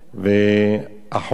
החוק, כפי שאמרתי,